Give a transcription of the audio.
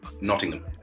Nottingham